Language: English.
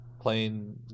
playing